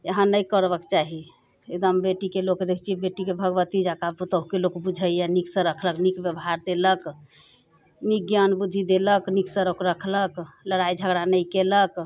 एहन नहि करबाके चाही एकदम बेटीके लोक देखै छिए बेटीके भगवती जकाँ पुतहुके लोक बुझैए नीकसँ राखलक नीक बेवहार देलक नीक ज्ञान बुद्धि देलक नीकसँ लोक राखलक लड़ाइ झगड़ा नहि केलक